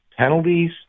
Penalties